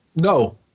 No